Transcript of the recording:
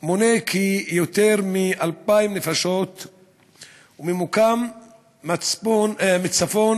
מונה יותר מ-2,000 נפשות ונמצא מצפון